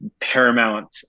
paramount